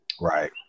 Right